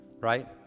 right